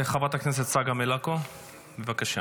חברת הכנסת צגה מלקו, בבקשה.